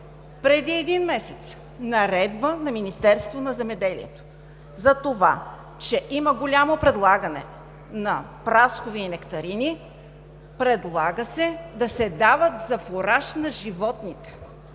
Преди един месец с наредба на Министерството на земеделието – затова, че има голямо предлагане на праскови и нектарини, се предлага те да се дават за фураж на животните.